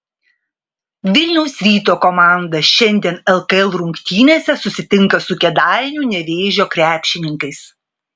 vilniaus ryto komanda šiandien lkl rungtynėse susitinka su kėdainių nevėžio krepšininkais